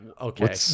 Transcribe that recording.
Okay